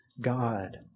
God